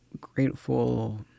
grateful